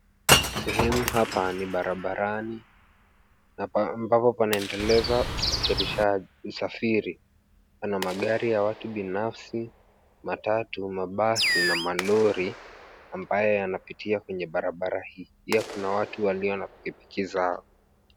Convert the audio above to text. Sehemu hapa ni barabarani. Na pale ambapo panaendelezwa usafirishaji, usafiri. Kama magari ya watu binafsi, matatu, mabasi na malori ambayo yanapitia kwenye barabara hii pia kuna watu walio na pikipiki zao.